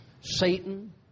Satan